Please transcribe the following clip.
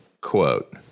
Quote